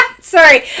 Sorry